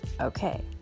okay